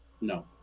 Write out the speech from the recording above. No